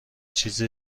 چیز